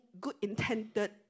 good-intended